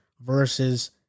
versus